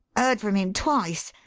heard from him twice.